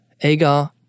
Agar